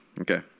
Okay